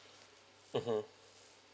mmhmm